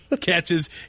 catches